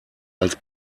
als